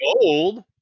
gold